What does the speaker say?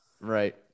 Right